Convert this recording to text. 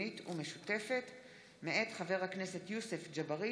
מאת חברת הכנסת טלי פלוסקוב,